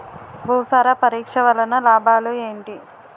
భూసార పరీక్ష వలన లాభాలు ఏంటి?